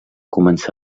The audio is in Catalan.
començar